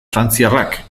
frantziarrak